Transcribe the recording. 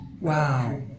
Wow